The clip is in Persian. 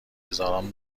هزاران